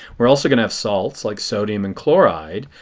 we are also going to have salts, like sodium and chloride.